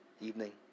evening